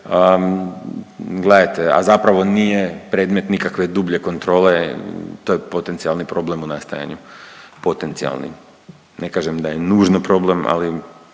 gledajte, a zapravo nije predmet nikakve dublje kontrole to je potencijalni problem u nastajanju, potencijalni, ne kažem da je nužno problem ali